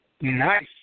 Nice